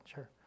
Sure